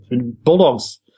Bulldogs